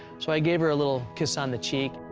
so i gave her a little kiss on the cheek.